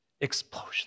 Explosion